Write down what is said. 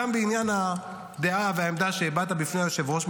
גם בעניין הדעה והעמדה שהבעת בפני היושב-ראש,